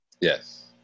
yes